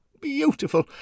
Beautiful